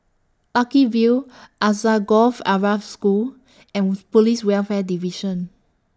Lucky View Alsagoff Arab School and Police Welfare Division